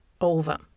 over